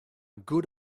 good